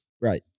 right